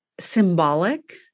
symbolic